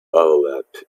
overlap